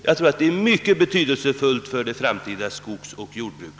Jag tror att det är mycket betydelsefullt för det framtida skogsoch jordbruket.